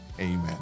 Amen